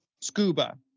Scuba